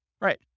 Right